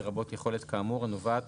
לרבות יכולת כאמור הנובעת